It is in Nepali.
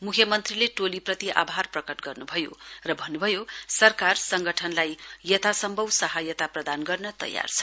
म्ख्यमन्त्रीले टोलीप्रति आभार प्रकट गर्न्भयो र भन्न्भयो सरकार संगठनलाई यथासम्भव सहायता प्रदान गर्न् तयार छ